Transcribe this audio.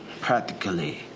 practically